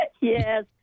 Yes